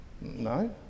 no